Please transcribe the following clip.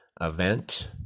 event